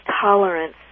tolerance